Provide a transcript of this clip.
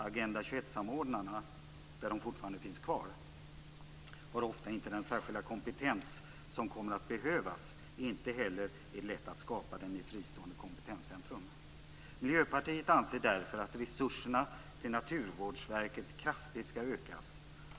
Agenda 21-samordnarna, därest dessa fortfarande finns kvar, har ofta inte den särskilda kompetens som kommer att behövas. Inte heller är det lätt att skapa den i ett fristående kompetenscentrum. Miljöpartiet anser därför att resurserna till Naturvårdsverket kraftigt skall ökas.